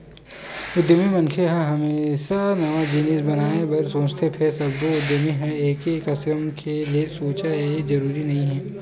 उद्यमी मनखे ह हमेसा नवा जिनिस बनाए बर सोचथे फेर सब्बो उद्यमी ह एके किसम ले सोचय ए जरूरी नइ हे